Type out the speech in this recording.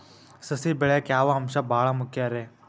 ಸಸಿ ಬೆಳೆಯಾಕ್ ಯಾವ ಅಂಶ ಭಾಳ ಮುಖ್ಯ ರೇ?